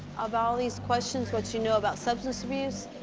of all these questions, what you know about substance abuse.